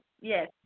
Yes